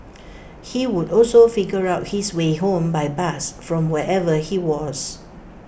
he would also figure out his way home by bus from wherever he was